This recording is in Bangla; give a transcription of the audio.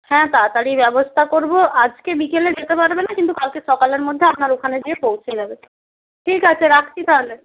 হ্যাঁ তাড়াতাড়ি ব্যবস্থা করব আজকে বিকেলে যেতে পারবে না কিন্তু কালকে সকালের মধ্যে আপনার ওখানে যেয়ে পৌঁছে যাবে ঠিক আছে রাখছি তাহলে